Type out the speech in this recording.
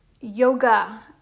yoga